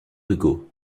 hugo